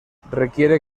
requiere